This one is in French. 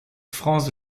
franz